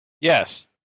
Yes